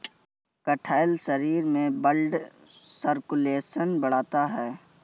कटहल शरीर में ब्लड सर्कुलेशन बढ़ाता है